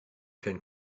can